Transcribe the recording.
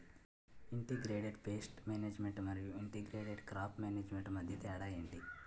integrated pest management మరియు integrated crop management మధ్య తేడా ఏంటి